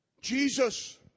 Jesus